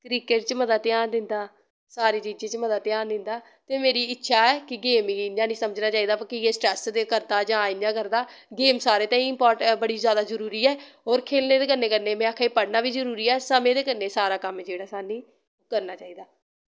cricket च मता ध्यान दिंदा सारी चीजें च मता ध्यान दिंदा ते मेरी इच्छा ऐ कि गेम गी इ'यां निं समझना चाहिदा कि जे स्ट्रेस करदा जां इ'यां करदा गेम सारें ताईं इम्पोर्टेन्ट बड़ी जैदा जरूरी ऐ और खेलने दे कन्ने कन्ने में आक्खा निं पढ़ना बी जरूरी ऐ समें दे कन्ने सारा कम्म जेह्ड़ा साह्नू करना चाहिदा ऐ